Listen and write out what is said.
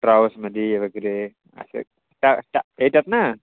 ट्रावल्समध्ये वगैरे अशे टा टा येतात ना